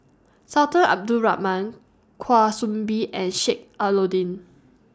Sultan Abdul Rahman Kwa Soon Bee and Sheik Alau'ddin